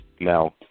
Now